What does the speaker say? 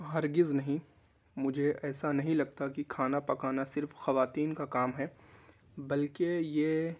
ہرگز نہیں مجھے ایسا نہیں لگتا کہ کھانا پکانا صرف خواتین کا کام ہے بلکہ یہ